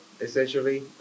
essentially